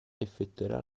effettuerà